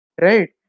right